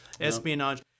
espionage